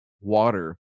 water